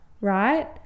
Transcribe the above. right